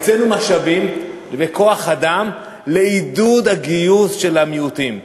הקצינו משאבים וכוח-אדם לעידוד הגיוס של המיעוטים.